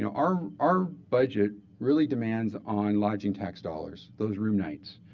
you know our our budget really demands on lodging tax dollars, those room nights.